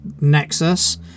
Nexus